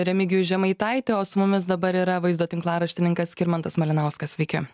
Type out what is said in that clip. remigijų žemaitaitį o su mumis dabar yra vaizdo tinklaraštininkas skirmantas malinauskas sveiki